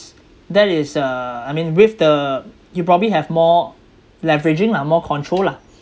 that is uh I mean with the you probably have more leveraging lah more control lah